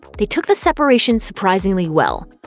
they took the separation surprisingly well.